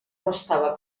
restava